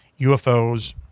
UFOs